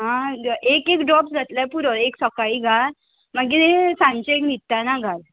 आं एक एक ड्रोप जातले पुरो एक सकाळी घाल मागीर सांजचे एक न्हिदताना घाल